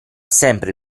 sempre